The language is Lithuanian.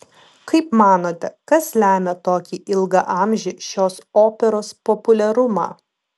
kaip manote kas lemia tokį ilgaamžį šios operos populiarumą